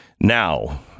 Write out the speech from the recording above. Now